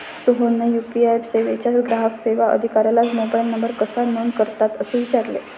सोहनने यू.पी.आय सेवेच्या ग्राहक सेवा अधिकाऱ्याला मोबाइल नंबर कसा नोंद करतात असे विचारले